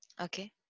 Okay